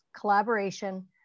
collaboration